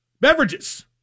beverages